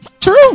True